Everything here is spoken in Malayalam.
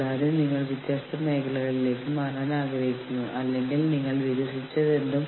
സംഘടനകൾ ചെയ്യുന്ന മറ്റൊരു കാര്യം മീറ്റിംഗുകളുടെ നിരീക്ഷണമായിരിക്കാം